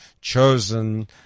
chosen